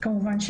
כמובן,